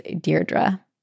Deirdre